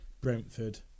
Brentford